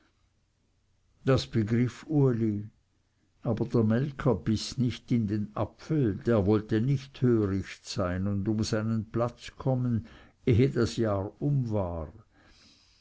das begriff uli aber der melker biß nicht in den apfel der wollte nicht töricht sein und um seinen platz kommen ehe das jahr um war